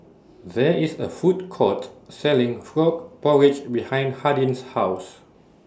There IS A Food Court Selling Frog Porridge behind Hardin's House